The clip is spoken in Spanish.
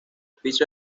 piso